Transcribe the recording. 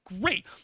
great